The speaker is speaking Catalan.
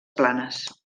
planes